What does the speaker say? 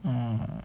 mm